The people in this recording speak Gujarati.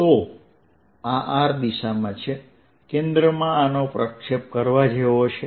તો આ r દિશામાં છે કેન્દ્રમાં આનો પ્રક્ષેપ કરવા જેવો છે